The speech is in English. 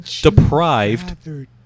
deprived